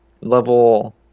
level